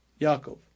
Yaakov